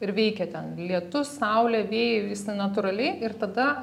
ir veikia ten lietus saulė vėjai visi natūraliai ir tada